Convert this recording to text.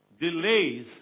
delays